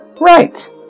Right